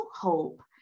hope